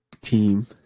team